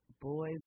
boys